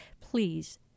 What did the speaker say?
Please